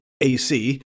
ac